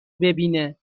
ببینه